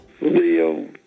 Leo